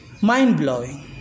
mind-blowing